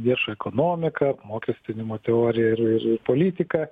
viešą ekonomiką apmokestinimo teoriją ir ir ir politiką